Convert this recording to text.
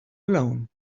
alone